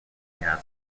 gas